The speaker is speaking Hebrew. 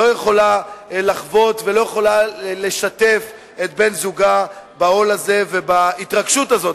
לא יכולה לחוות ולא יכולה לשתף את בן-זוגה בעול הזה וגם בהתרגשות הזאת,